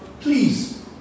please